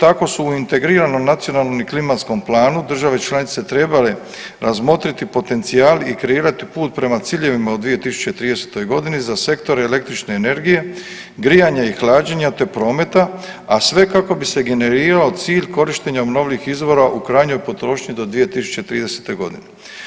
Tako se, tako su u integriranom nacionalnom i klimatskom planu države članice trebale razmotriti potencijal i kreirati put prema ciljevima u 2030.g. za sektor električne energije, grijanje i hlađenje, te prometa, a sve kako bi se generirao cilj korištenja obnovljivih izvora u krajnjoj potrošnji do 2030.g.